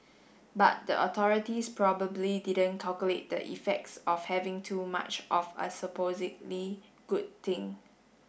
but the authorities probably didn't calculate the effects of having too much of a supposedly good thing